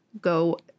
go